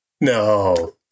No